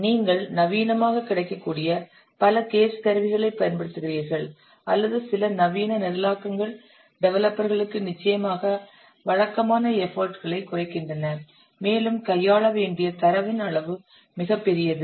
நீங்கள் நவீனமாக கிடைக்கக்கூடிய பல case கருவிகளைப் பயன்படுத்துகிறீர்கள் அல்லது சில நவீன நிரலாக்கங்கள் டெவலப்பர்களுக்கு நிச்சயமாக வழக்கமான எஃபர்ட் களைக் குறைக்கின்றன மேலும் கையாள வேண்டிய தரவின் அளவு மிகப் பெரியது